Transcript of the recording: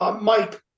Mike